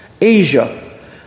Asia